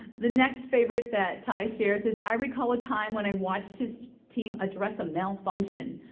the next favorite that ty shares is, i recall a time when i watched his team address a malfunction.